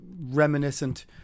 reminiscent